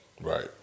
Right